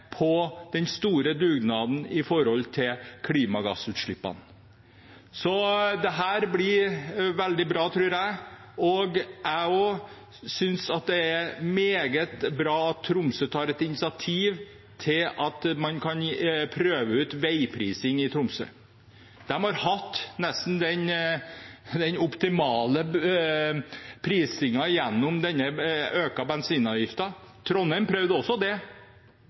på den store dugnaden med tanke på klimagassutslippene. Så dette blir veldig bra, tror jeg. Også jeg synes det er meget bra at Tromsø tar et initiativ til at man kan prøve ut veiprising i Tromsø. De har hatt nesten den optimale prisingen gjennom denne økte bensinavgiften. Trondheim prøvde også det